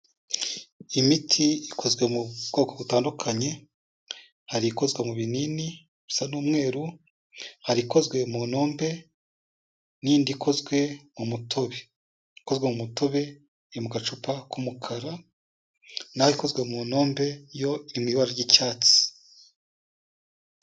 Imiti ikozwe mu bwoko butandukanye hari ikozwe mu binini bisa n'umweru, hari ikozwe mu nombe n'indi ikozwe mu mutobe, ikozwe mu mutobe iri mu gacupa k'umukara naho ikozwe mu nombe yo iri mu ibara ry'icyatsi.